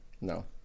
No